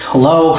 Hello